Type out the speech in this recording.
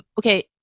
okay